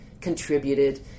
contributed